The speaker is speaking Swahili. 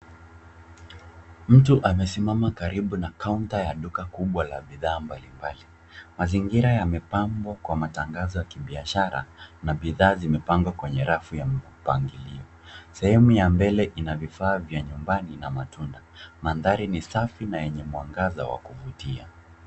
Mtu amesimama karibu na kaunta ya duka kubwa la bidhaa mbalimbali. mazingira yamepambwa kwa matangazo ya kibiashara na bidhaa zimepangwa kwenye rafu ya mpangilio. Sehemu ya mbele ina vifaa vya nyumbani na matunda. Mandhari ni safi na enye mwangaza wa kuvutia.